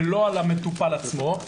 ולא על המטופל עצמו.